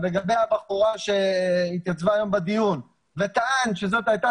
לגבי הבחורה שהתייצבה היום בדיון וטען שזאת הייתה